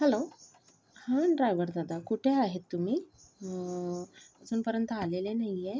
hello हा driver दादा कुठे आहेत तुम्ही अजूनपर्यंत आलेले नाही आहे